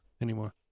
anymore